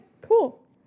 cool